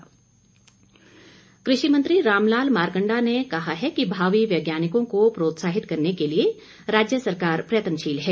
मारकंडा कृषि मंत्री रामलाल मारकंडा ने कहा है कि भावी वैज्ञानिकों को प्रोत्साहित करने के लिए राज्य सरकार प्रयत्नशील है